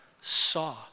saw